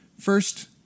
First